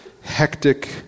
hectic